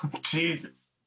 Jesus